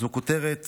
זאת כותרת